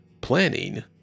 Planning